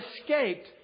escaped